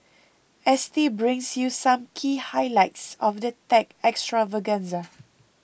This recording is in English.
S T brings you some key highlights of the tech extravaganza